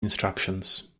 instructions